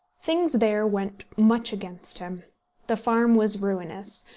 things there went much against him the farm was ruinous,